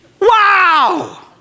Wow